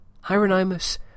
Hieronymus